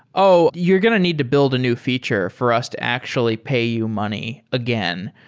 oh, you're going to need to build a new feature for us to actually pay you money again.